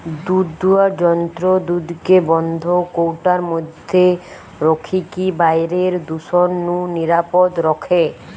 দুধদুয়ার যন্ত্র দুধকে বন্ধ কৌটার মধ্যে রখিকি বাইরের দূষণ নু নিরাপদ রখে